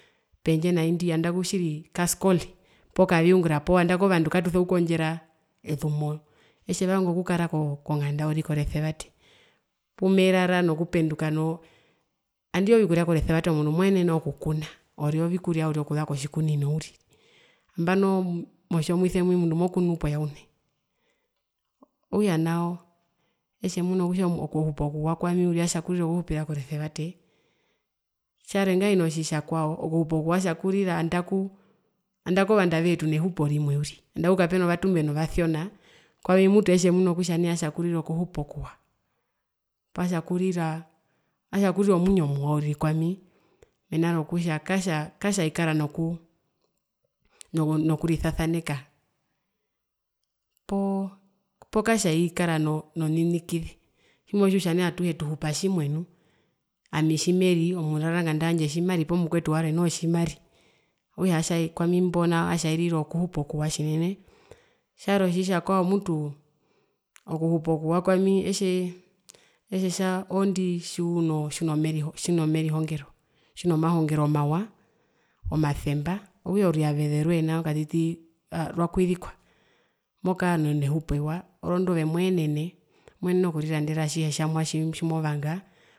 Pendje nai nandaku tjiri tjiri kaskole poo kaviungura poo nandaku ovandu katuso kukondjera ezumo etje vanga okukara konganda uriri koresevate pumerara nokupenduka noo andii ovikurya koresevate moenene okukuna ori ovikurya uriri okuza kotjikunino uriri nambano motjomuise mwi omundu mokunu poyaune, okutja nao etje muna kutja okuhupa kuwa kwami uriri atjarira okuhupira koresevate. Tjarwe ngahino tjitjakwao kuhupa okuwa atja kurira andaku andaku ovandu avehe tune hupo rimwe uriri, andaku kapena vatumbe novasiona kwami mutu etjemuna kutja atja rira okuhupa okuwa, poo atja kurira atja kurira omwinyo muwa uriri kwami mena rokutja katja katjaikara nokuu noku nokurisasaneka poo katjaikara noo noninikize tjimotja kutja nai atuhe tuhupa tjimwe nu ami tjimeri omuraranganda wandje noho tjimari poo mukwetu warwe noho tjimari okutja noho kwami mbo atjairira okuhupa okuwa tjinene, tjarwe otjitjakwao mutu okuhupa okuwa kwami etjee etjetja oondii tjiunooo tjiunomerihongero tjiuno mahongero mawa omasemba okutja oruyaveze rwee nao katiti rwakwizikwa mokaa nehupo ewa orondu ove moenene moenene okurirandera atjihe tjimovanga.